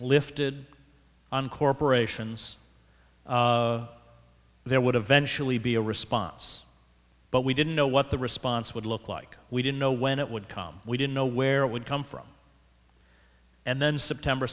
lifted on corporations there would eventually be a response but we didn't know what the response would look like we didn't know when it would come we didn't know where it would come from and then september